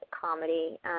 comedy